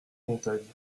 montagnes